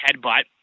headbutt